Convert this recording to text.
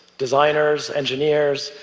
designers, engineers,